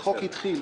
החוק התחיל.